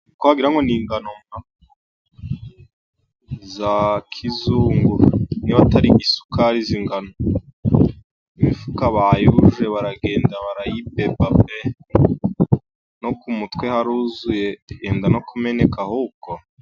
Ko wagira ngo n'ingano mwa! za kizungu niba atari gisukari izi ngano, imifuka ba yujuje baragenda barayidepa pe! no ku mutwe haruzuye yenda no kumeneka ahubwo!